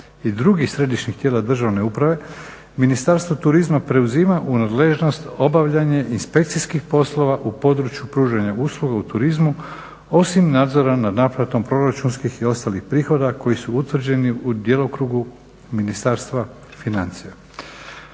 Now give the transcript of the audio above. i drugih središnjih tijela državne uprave, Ministarstvo turizma preuzima u nadležnost obavljanje inspekcijskih poslova u području pružanja usluga u turizmu osim nadzorom nad naplatom proračunskih i ostalih prihoda koji su utvrđeni u djelokrugu Ministarstva financija.